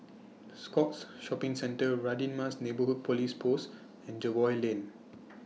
Scotts Shopping Centre Radin Mas Neighbourhood Police Post and Jervois Lane